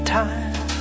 time